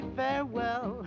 farewell